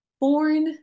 Born